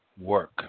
work